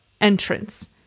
entrance